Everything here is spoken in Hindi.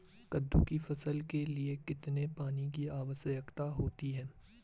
कद्दू की फसल के लिए कितने पानी की आवश्यकता होती है?